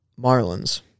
Marlins